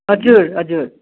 हजुर हजुर